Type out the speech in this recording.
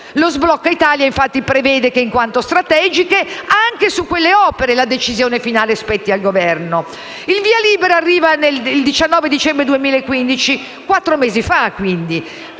lo sblocca Italia, infatti, prevede che, in quanto strategiche, anche su quelle opere la decisione finale spetti al Governo. Il via libera arriva di 19 dicembre 2015, quattro mesi fa, quindi.